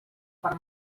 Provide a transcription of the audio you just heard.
per